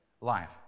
life